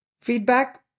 Feedback